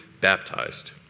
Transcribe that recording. baptized